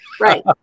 Right